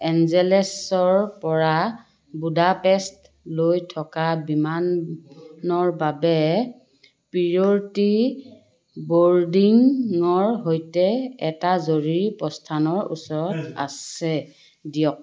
এঞ্জেলেছৰপৰা বুদাপেষ্টলৈ থকা বিমানৰ বাবে পিৰটিৰ ব'ৰডিয়ংৰ সৈতে এটা জৰুৰী প্ৰস্থানৰ ওচৰত আছে দিয়ক